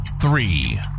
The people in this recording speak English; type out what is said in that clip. three